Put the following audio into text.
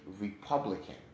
Republican